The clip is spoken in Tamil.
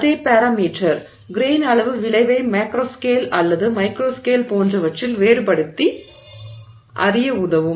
இது அதே பாராமீட்டர் கிரெய்ன் அளவு விளைவை மேக்ரோஸ்கேல் அல்லது மைக்ரோஸ்கேல் போன்றவற்றில் வேறுபடுத்தி அறிய உதவும்